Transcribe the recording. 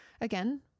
again